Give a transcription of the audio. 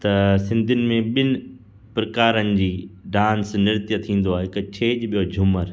त सिंधियुनि में ॿिनि प्रकारनि जी डांस नृत्य थींदो आहे हिकु छेॼ ॿियो झूमर